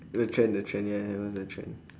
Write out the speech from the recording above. the trend the trend ya ya it was the trend